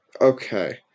Okay